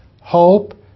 hope